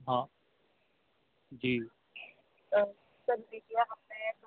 ہاں جی سر